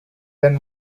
then